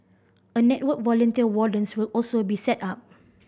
a network volunteer wardens will also be set up